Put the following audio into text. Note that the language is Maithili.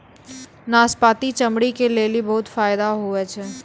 नाशपती चमड़ी के लेली बहुते फैदा हुवै छै